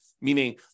meaning